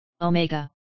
Omega